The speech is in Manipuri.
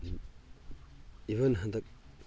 ꯏꯕꯟ ꯍꯟꯗꯛ